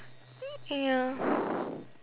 ya